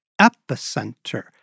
epicenter